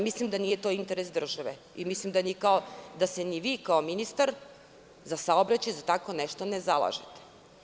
Mislim da to nije interes države i mislim da se ni vi, kao ministar za saobraćaj, za tako nešto ne zalažete.